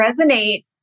resonate